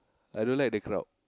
I don't like the crowd